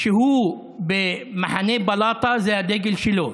כשהוא במחנה בלאטה זה הדגל שלו,